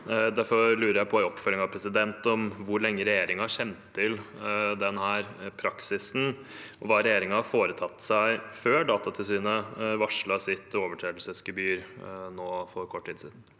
Derfor lurer jeg, som oppfølging, på hvor lenge regjeringen har kjent til denne praksisen, og hva regjeringen har foretatt seg før Datatilsynet varslet om sitt overtredelsesgebyr nå for kort tid siden.